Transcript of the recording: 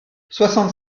soixante